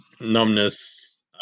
numbness